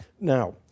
Now